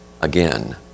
again